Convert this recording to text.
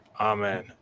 Amen